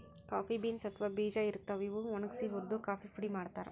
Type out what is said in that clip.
coffee beans ಅಥವಾ ಬೀಜಾ ಇರ್ತಾವ್, ಇವ್ ಒಣಗ್ಸಿ ಹುರ್ದು ಕಾಫಿ ಪುಡಿ ಮಾಡ್ತಾರ್